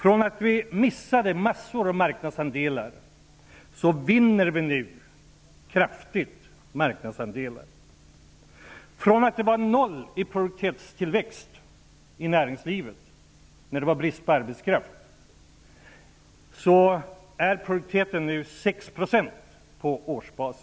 Vi hade då mist massor av marknadsandelar, och vi vinner nu kraftigt marknadsandelar. Då hade vi noll i produktivitetstillväxt i näringslivet när det var brist på arbetskraft, och nu är produktiviteten 6 % på årsbasis.